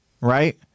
right